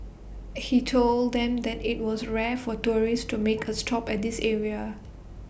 he told them that IT was rare for tourists to make A stop at this area